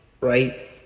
right